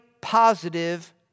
positive